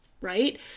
right